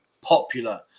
popular